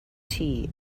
tea